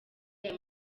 aya